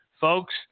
folks